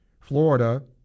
Florida